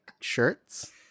shirts